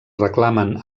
reclamen